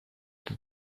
that